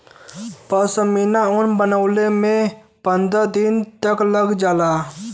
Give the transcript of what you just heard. पश्मीना ऊन बनवले में पनरह दिन तक लग जाला